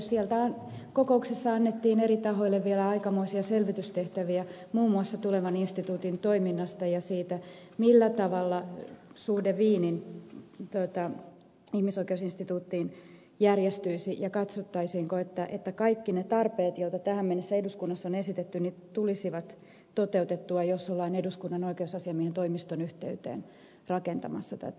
siellä kokouksessa annettiin eri tahoille vielä aikamoisia selvitystehtäviä muun muassa tulevan instituutin toiminnasta ja siitä millä tavalla suhde wienin ihmisoikeusinstituuttiin järjestyisi ja katsottaisiinko että kaikki ne tarpeet joita tähän mennessä eduskunnassa on esitetty tulisivat toteutettua jos ollaan eduskunnan oikeusasiamiehen toimiston yhteyteen rakentamassa tätä